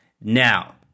now